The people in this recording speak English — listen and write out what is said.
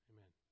Amen